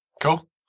Cool